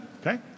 okay